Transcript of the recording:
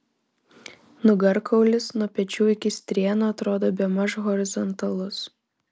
nugarkaulis nuo pečių iki strėnų atrodo bemaž horizontalus